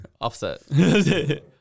Offset